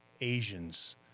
Asians